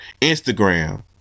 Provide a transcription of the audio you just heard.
Instagram